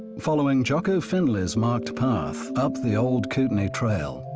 following jocko finley's marked path up the old kootenai trail,